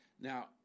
Now